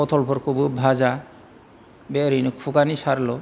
पथलफोरखौबो फाजा बे ओरैनो खुगानि सालल'